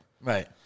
Right